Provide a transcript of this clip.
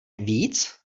víc